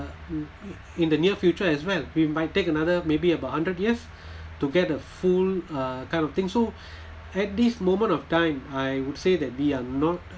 in the near future as well it might take another maybe about a hundred years to get a full uh kind of thing so at this moment of time I would say that they are not